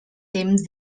temps